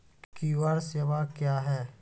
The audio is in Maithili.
क्यू.आर सेवा क्या हैं?